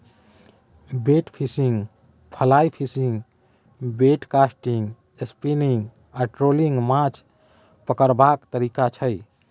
bait fishing, fly fishing, bait casting, spinning आ trolling माछ पकरबाक तरीका छै